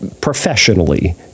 professionally